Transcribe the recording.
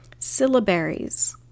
Syllabaries